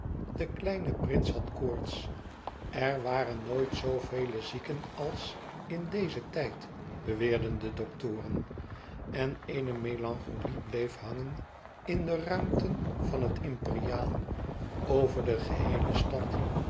de kleine prins had koorts er waren nooit zoovele zieken als in dezen tijd beweerden de doktoren en eene melancholie bleef hangen in de ruimten van het imperiaal over de geheele stad